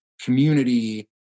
community